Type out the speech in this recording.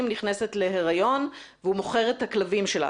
נכנסת להריון והוא מוכר את הכלבים שלה,